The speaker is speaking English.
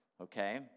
okay